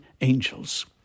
angels